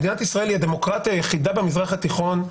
מדינת ישראל היא הדמוקרטיה היחידה במזרח התיכון.